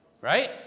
Right